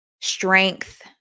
strength